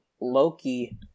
loki